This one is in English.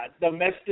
domestic